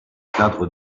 cadre